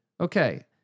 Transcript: Okay